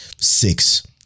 six